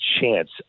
chance